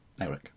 Eric